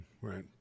Right